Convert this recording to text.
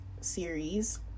series